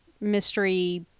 mystery